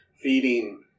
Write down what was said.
feeding